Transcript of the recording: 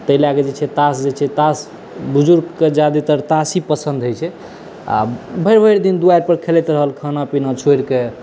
ताहि लए कऽ जे छै तास जे छै तास बुजुर्ग कऽ जादेतर तास ही पसन्द होइ छै आ भरि भरि दिन दुआरि पर खेलति रहल खानापीना छोड़ि कऽ